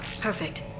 Perfect